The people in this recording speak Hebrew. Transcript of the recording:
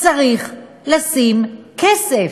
צריך לשים כסף,